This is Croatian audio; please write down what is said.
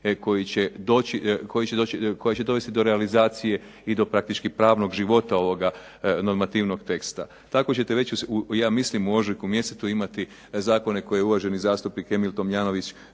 koja će dovesti do realizacije i do pravnog života ovog normativnog teksta. Tako ćete već ja mislim u mjesecu ožujku imati zakone koje je uvaženi zastupnik Emil Tomljavnović